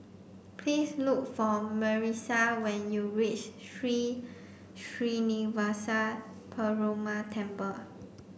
please look for Marissa when you reach Sri Srinivasa Perumal Temple